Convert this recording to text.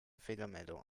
fehlermeldung